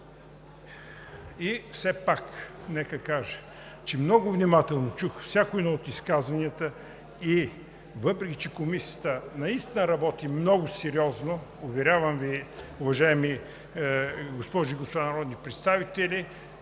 дружества. Нека кажа, че много внимателно чух всяко едно от изказванията и въпреки че Комисията наистина работи много сериозно, уверявам Ви, уважаеми госпожи и господа народни представители,